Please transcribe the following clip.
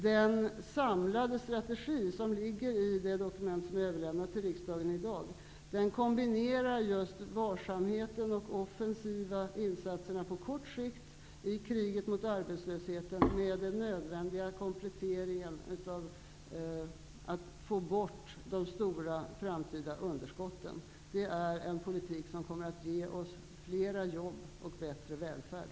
Den samlade strategin, som finns i det dokument som har överlämnats till riksdagen i dag, kombinerar just varsamheten i offensiva insatser på kort sikt i kriget mot arbetslösheten med den nödvändiga kompletteringen av att få bort de stora framtida underskotten. Det är en politik som kommer att ge oss flera jobb och bättre välfärd.